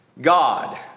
God